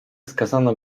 skazano